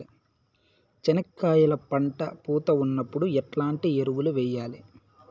చెనక్కాయలు పంట పూత ఉన్నప్పుడు ఎట్లాంటి ఎరువులు వేయలి?